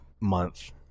month